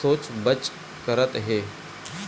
सोचबच करत हे